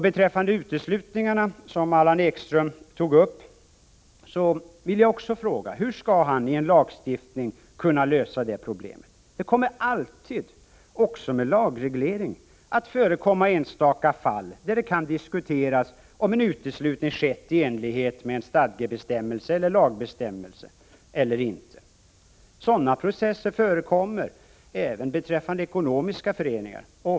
Beträffande uteslutningarna som Allan Ekström tog upp vill jag också fråga: Hur skall man genom lagstiftning kunna lösa det problemet? Det kommer alltid, också med lagreglering, att förekomma enstaka fall där det kan diskuteras om en uteslutning skett i enlighet med stadgebestämmelser eller lagbestämmelser eller inte. Sådana processer förekommer även beträffande ekonomiska föreningar.